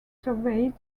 surveyed